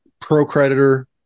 pro-creditor